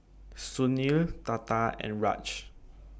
Sunil Tata and Raj